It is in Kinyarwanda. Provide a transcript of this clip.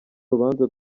rubanza